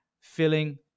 filling